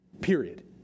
Period